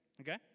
Okay